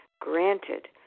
granted